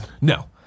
no